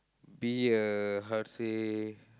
be a how to say